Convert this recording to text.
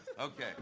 Okay